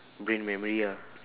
brain memory ah